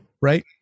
right